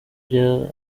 by’i